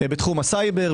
בתחום הסייבר,